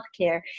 healthcare